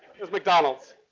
is mcdonald's,